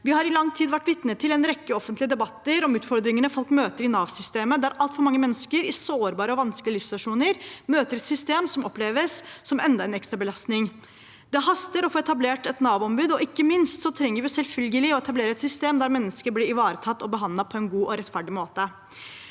Vi har i lang tid vært vitne til en rekke offentlige debatter om utfordringene folk møter i Nav-systemet, der altfor mange mennesker i sårbare og vanskelige livssituasjoner møter et system som oppleves som enda en ekstra belastning. Det haster med å få etablert et Navombud. Ikke minst trenger vi selvfølgelig å etablere et system der mennesker blir ivaretatt og behandlet på en god og rettferdig måte.